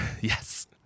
Yes